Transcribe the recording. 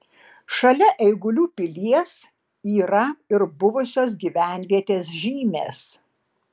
šalia eigulių pilies yra ir buvusios gyvenvietės žymės